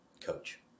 coach